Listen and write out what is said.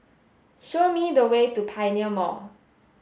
show me the way to Pioneer Mall